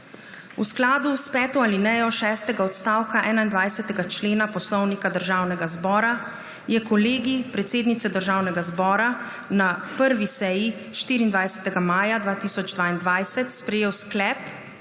V skladu s peto alinejo šestega odstavka 21. člena Poslovnika Državnega zbora je Kolegij predsednice Državnega zbora na 1. seji, 24. maja 2022, sprejel sklep